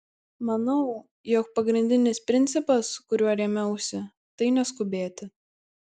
manau jog pagrindinis principas kuriuo rėmiausi tai neskubėti